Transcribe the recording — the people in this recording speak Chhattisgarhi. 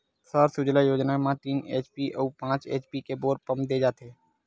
सौर सूजला योजना म तीन एच.पी अउ पाँच एच.पी के बोर पंप दे जाथेय